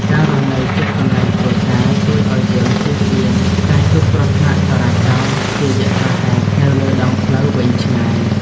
ការរស់នៅជិតកន្លែងធ្វើការជួយឱ្យយើងជៀសវាងការជួបគ្រោះថ្នាក់ចរាចរណ៍ជាយថាហេតុនៅលើដងផ្លូវវែងឆ្ងាយ។